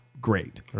great